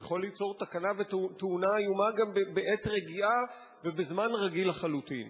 זה יכול ליצור תקלה ותאונה איומה גם בעת רגיעה ובזמן רגיל לחלוטין.